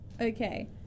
Okay